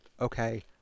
okay